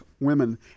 women